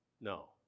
No